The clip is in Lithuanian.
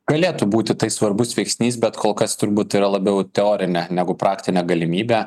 galėtų būti tai svarbus veiksnys bet kol kas turbūt yra labiau teorinė negu praktinė galimybė